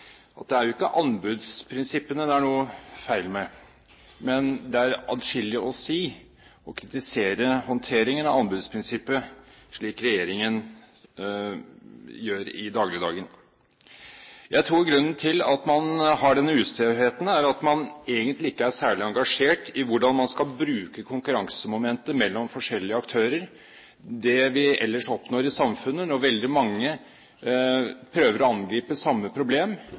at det er jo ikke anbudsprinsippene det er noe feil med, men det er adskillig å kritisere ved regjeringens håndtering av anbudsprinsippet i hverdagen. Jeg tror grunnen til at man har denne ustøheten, er at man egentlig ikke er særlig engasjert i hvordan man skal bruke konkurransemomentet mellom forskjellige aktører – det vi ellers oppnår i samfunnet når veldig mange prøver å angripe samme problem